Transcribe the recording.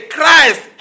Christ